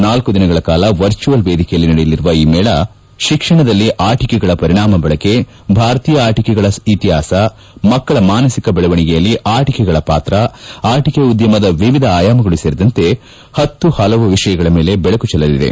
ನಾಲ್ಲು ದಿನಗಳ ಕಾಲ ವರ್ಚುವಲ್ ವೇದಿಕೆಯಲ್ಲಿ ನಡೆಯಲಿರುವ ಈ ಮೇಳ ಶಿಕ್ಷಣದಲ್ಲಿ ಆಟಕೆಗಳ ಪರಿಣಾಮಕಾರಿ ಬಳಕೆ ಭಾರತೀಯ ಆಟಕೆಗಳ ಇತಿಹಾಸ ಮಕ್ಕಳ ಮಾನುಕ ಬೆಳವಣಿಗೆಯಲ್ಲಿ ಆಟಿಕೆಗಳ ಪಾತ್ರ ಆಟಿಕೆ ಉದ್ದಮದ ವಿವಿಧ ಆಯಾಮಗಳು ಸೇರಿದಂತೆ ಪತ್ತು ಪಲವು ವಿಷಯಗಳ ಮೇಲೆ ಬೆಳಕು ಚೆಲ್ಲಲಿದೆ